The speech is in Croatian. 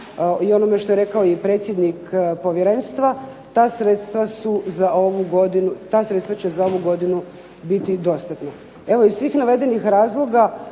onome što je rekao i predsjednik povjerenstva, ta sredstva će za ovu godinu biti dostatna.